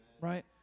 right